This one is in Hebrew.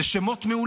אלה שמות מעולים.